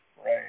Right